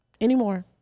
anymore